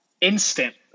Instant